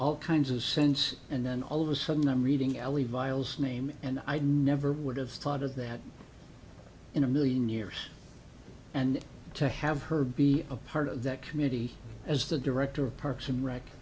all kinds of sense and then all of a sudden i'm reading ellie vials name and i never would have thought of that in a million years and to have her be a part of that community as the director of parks and rec